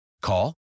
Call